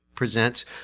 Presents